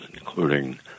including